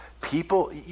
People